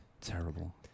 Terrible